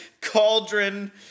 cauldron